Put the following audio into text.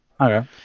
Okay